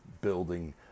building